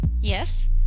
Yes